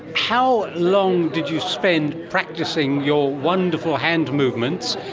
how long did you spend practising your wonderful hand movements?